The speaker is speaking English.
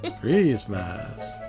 Christmas